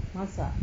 masak